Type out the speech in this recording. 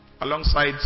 alongside